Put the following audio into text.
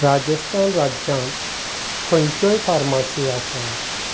राजस्थान राज्यांत खंयच्योय फार्मासी आसा